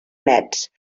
nets